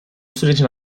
sürecin